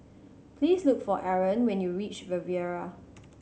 please look for Arron when you reach Riviera